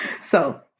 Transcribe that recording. So-